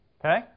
Okay